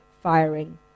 firing